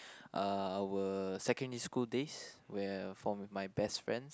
uh our secondary school days where I form with my best friends